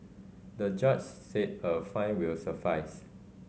the judge said a fine will suffice